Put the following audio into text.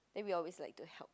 then we always like to help